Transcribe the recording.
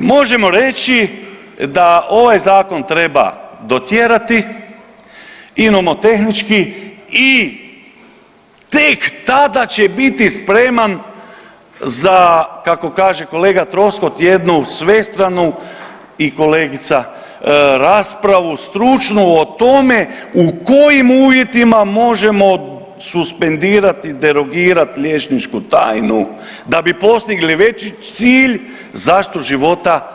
Možemo reći da ovaj zakon treba dotjerati i nomotehnički i tek tada će biti spreman za kako kaže kolega Troskot jednu svestranu i kolegica raspravu stručnu o tome u kojim uvjetima možemo suspendirati, derogirat liječničku tajnu da bi postigli veći cilj zaštitu života